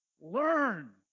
Learn